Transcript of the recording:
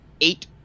eight